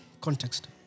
context